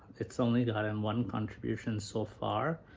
it's only gotten one contribution so far.